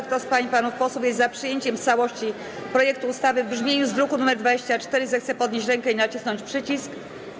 Kto z pań i panów posłów jest za przyjęciem w całości projektu ustawy w brzmieniu z druku nr 24, zechce podnieść rękę i nacisnąć przycisk.